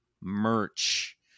merch